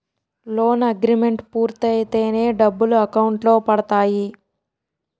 loan agreement పూర్తయితేనే డబ్బులు account లో పడతాయి